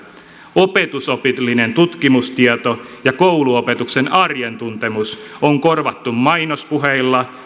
opetusopillinen tutkimustieto ja kouluopetuksen arjen tuntemus on korvattu mainospuheilla